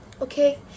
Okay